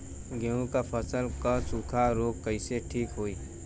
गेहूँक फसल क सूखा ऱोग कईसे ठीक होई?